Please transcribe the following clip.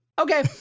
Okay